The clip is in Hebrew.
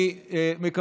אני מסיים.